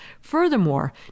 Furthermore